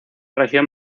región